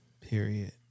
period